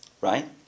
Right